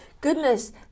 Goodness